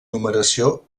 numeració